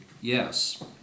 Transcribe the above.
yes